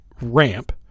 ramp